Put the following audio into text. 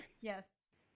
Yes